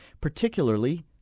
particularly